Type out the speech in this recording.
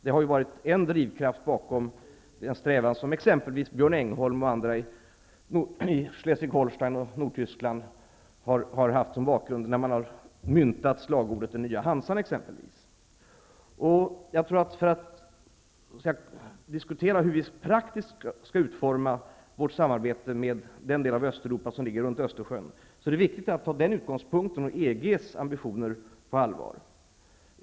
Det har ju varit en drivkraft bakom den strävan som exempelvis Björn Nordtyskland har haft som bakgrund när man har myntat slagordet den nya Hansan. För att kunna diskutera hur vi praktiskt skall utforma vårt samarbete med den del av Östeuropa som ligger runt Östersjön är det viktigt att ta den utgångspunkten och EG:s ambitioner på allvar.